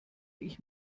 ich